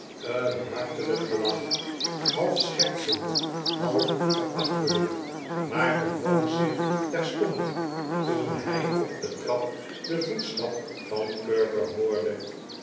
een hartelijk gelach half schertsend half verachtelijk maar bedwong zich terstond toen hij op de trap den voetstap van perker hoordej